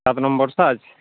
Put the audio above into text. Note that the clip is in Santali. ᱥᱟᱛ ᱱᱚᱢᱵᱚᱨ ᱥᱟᱭᱤᱡᱽ